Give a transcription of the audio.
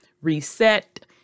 reset